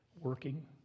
working